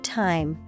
time